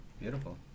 Beautiful